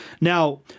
Now